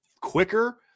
quicker